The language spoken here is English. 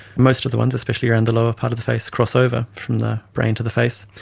most of the ones, especially around the lower part of the face crossover from the brain to the face.